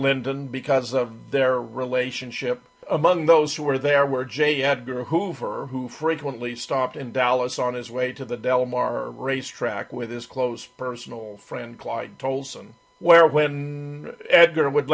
lyndon because of their relationship among those who were there were j edgar hoover who frequently stopped in dallas on his way to the del mar racetrack with his close personal friend clyde tolson where when edgar would